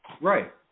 Right